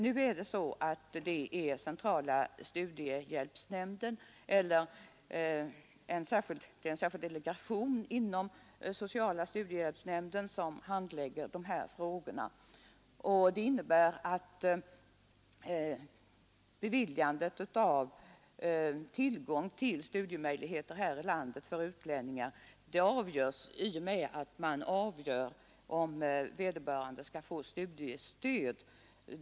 Nu är det en särskild delegation inom centrala studiehjälpsnämnden som handlägger dessa frågor. Det innebär att frågan om tillgång till studiemöjligheter här i landet för utlänningar avgörs i och med att man beslutar om vederbörande skall få studiestöd.